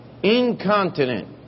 Incontinent